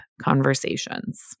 conversations